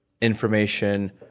information